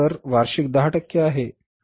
व्याज दर वार्षिक 10 टक्के आहे